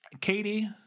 Katie